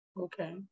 Okay